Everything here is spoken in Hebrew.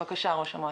בבקשה, ראש המועצה.